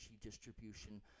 distribution